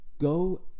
go